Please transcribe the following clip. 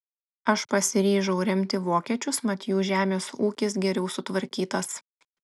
aš pasiryžau remti vokiečius mat jų žemės ūkis geriau sutvarkytas